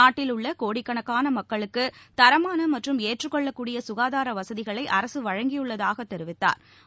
நாட்டிலுள்ள கோடிக்கணக்கான மக்களுக்கு தரமான மற்றும் ஏற்றுக்கொள்ளக்கூடிய சுகாதார வசதிகளை அரசு வழங்கியுள்ளதாக தெரிவித்தாா்